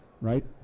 right